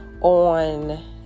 on